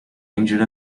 injured